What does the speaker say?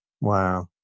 Wow